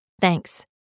Thanks